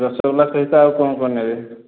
ରସଗୋଲା ସହିତ ଆଉ କ'ଣ କ'ଣ ନେବେ